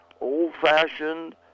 old-fashioned